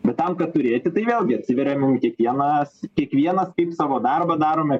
bet tam kad turėti tai vėlgi atsiveria mum kiekvienas kiekvienas kaip savo darbą darome